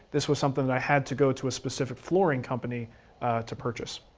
this was something that i had to go to a specific flooring company to purchase.